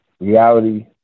reality